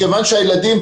מכיוון שהילדים,